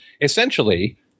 essentially